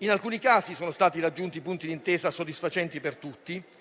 In alcuni casi sono stati raggiunti punti di intesta soddisfacenti per tutti, mentre